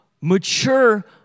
mature